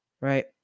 right